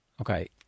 Okay